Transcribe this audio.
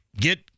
get